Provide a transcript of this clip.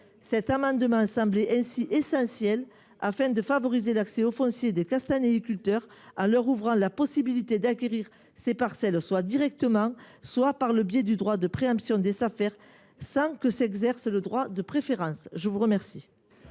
cet amendement semble donc essentiel pour favoriser l’accès au foncier des castanéiculteurs, en leur ouvrant la possibilité d’acquérir ces parcelles soit directement, soit par le biais du droit de préemption des Safer, sans que s’exerce le droit de préférence. Tout à fait